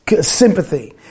sympathy